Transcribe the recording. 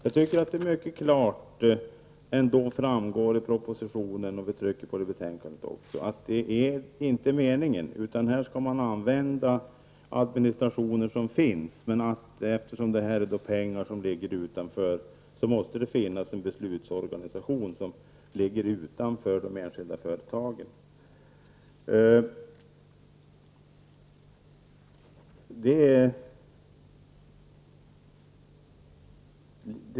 Av propositionen, och även av betänkandet, tycker jag att det mycket klart framgår att detta inte är meningen, utan att man skall använda den administration som finns. Men eftersom det rör sig om pengar som så att säga ligger utanför, måste det finnas en beslutsorganisation som befinner sig utanför de enskilda företagen.